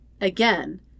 Again